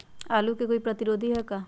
आलू के कोई प्रतिरोधी है का?